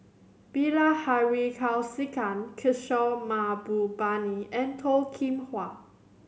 Bilahari Kausikan Kishore Mahbubani and Toh Kim Hwa